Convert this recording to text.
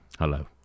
Hello